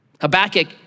Habakkuk